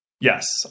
Yes